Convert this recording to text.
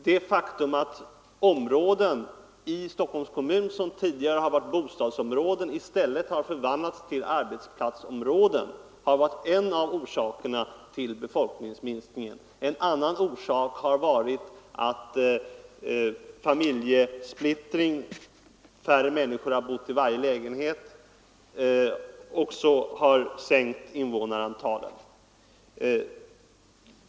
Det faktum att områden i Stockholms kommun som tidigare har varit bostadsområden förvandlats till arbetsplatsområden har varit en av orsakerna till befolkningsminskningen. En annan orsak har varit familjesplittringen — färre människor har bott i varje lägenhet, och det har bidragit till att sänka invånarantalet.